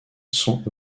sont